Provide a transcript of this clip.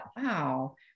wow